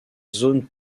zone